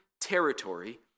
territory